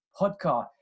podcast